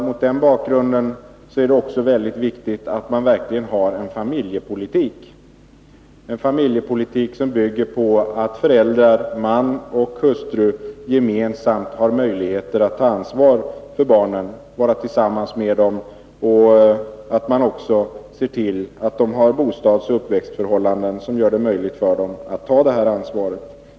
Mot den bakgrunden är det också mycket viktigt att vi verkligen har en familjepolitik, en familjepolitik som bygger på att föräldrarna — man och hustru — gemensamt har möjligheter att ta ansvar för barnen, att vara tillsammans med dem. Det gäller också att se till att bostadsoch uppväxtförhållandena gör det möjligt för föräldrarna att ta detta ansvar.